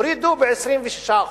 הורידו ב-25%,